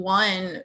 one